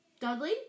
Dudley